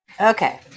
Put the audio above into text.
Okay